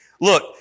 Look